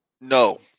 no